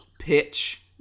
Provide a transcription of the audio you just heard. Pitch